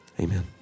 amen